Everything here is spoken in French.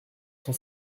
cent